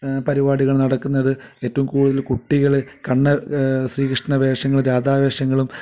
പരിപാടികൾ നടക്കുന്നത് ഏറ്റവും കൂടുതൽ കുട്ടികൾ കണ്ണ് ശ്രീകൃഷ്ണ വേഷങ്ങ രാധ വേഷങ്ങളും